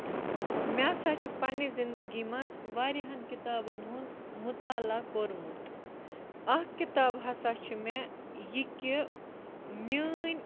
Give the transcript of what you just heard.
مےٚ سا چھُ پَنٕنہِ زِندگی منٛز واریاہَن کِتابَن ہُند مُتالہ کوٚرمُت اکھ کِتاب ہسا چھِ مےٚ یہِ کہِ میٲنۍ